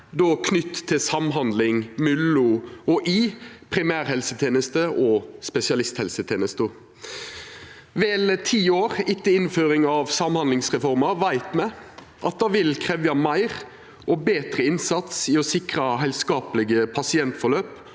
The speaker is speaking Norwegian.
knytt til samhandling mellom og i primærhelsetenesta og spesialisthelsetenesta. Vel ti år etter innføringa av samhandlingsreforma veit me at det vil krevja meir og betre innsats å sikra heilskaplege pasientforløp